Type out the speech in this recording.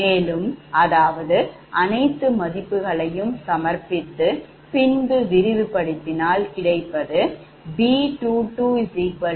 மேலும் அதாவது அனைத்து மதிப்புகளையும் சமர்ப்பித்து பின்பு விரிவுபடுத்தினால் கிடைப்பது B220